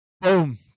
boom